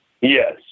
Yes